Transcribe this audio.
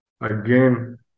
again